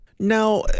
Now